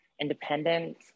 independent